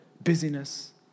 busyness